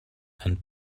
and